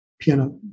piano